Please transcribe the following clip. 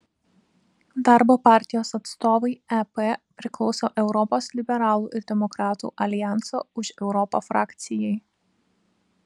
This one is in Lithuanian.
darbo partijos atstovai ep priklauso europos liberalų ir demokratų aljanso už europą frakcijai